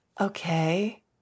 Okay